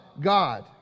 God